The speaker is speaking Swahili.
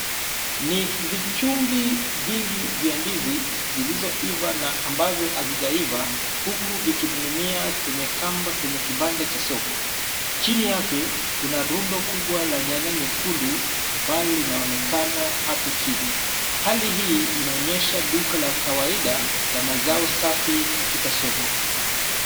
Ni vichungi vingi vya ndizi zilizoiva na ambazo hazijaiva huku vikining'inia kwenye kamba kwenye kibanda cha soko. Chini yake kuna rundo kubwa la nyanya nyekundu ambalo linaonekana hapo chini. Hali hii inaonyesha duka la kawaida la mazao safi katika soko.